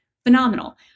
Phenomenal